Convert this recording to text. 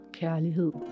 kærlighed